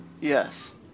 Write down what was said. Yes